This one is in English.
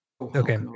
Okay